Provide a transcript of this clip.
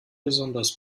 besonders